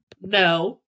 No